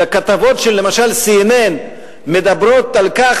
אלא כתבות של למשל CNN מדברות על כך